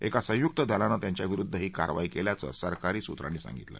एका संयुक्त दलानं त्यांच्याविरुद्ध ही कारवाई केल्याचं सरकारी सूत्रांनी सांगितलं